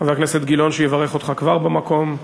חבר הכנסת גילאון, שיברך אותך, כבר במקום.